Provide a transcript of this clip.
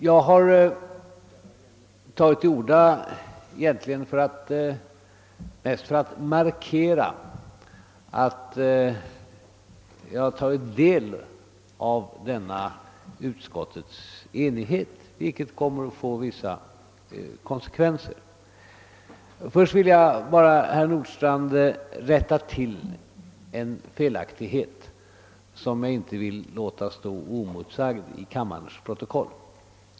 Jag har närmast tagit till orda för att markera att jag tagit del av utskottets enighet i denna punkt, vilken kommer att få vissa konsekvenser. Först vill jag dock rätta till en felaktighet, som jag inte vill låta stå oemotsagd i kammarens protokoll.